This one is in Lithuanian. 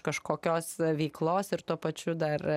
kažkokios veiklos ir tuo pačiu dar